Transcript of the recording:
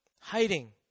hiding